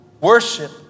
worship